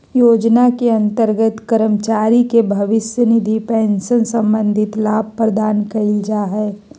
योजना के अंतर्गत कर्मचारी के भविष्य निधि पेंशन संबंधी लाभ प्रदान कइल जा हइ